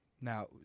now